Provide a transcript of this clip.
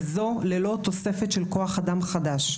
וזאת ללא תוספת של כוח אדם חדש.